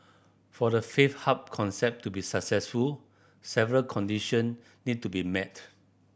for the faith hub concept to be successful several condition need to be met